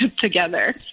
together